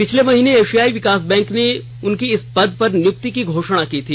पिछले महीने एशियाई विकास बैंक ने उनकी इस पद पर नियुक्ति की घोषणा की थी